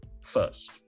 first